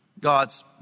God's